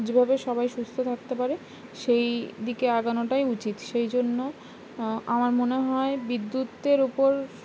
যে ভাবে সবাই সুস্থ থাকতে পারে সেই দিকে আগানোটাই উচিত সেই জন্য আমার মনে হয় বিদ্যুতের ওপর